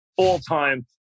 all-time